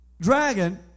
dragon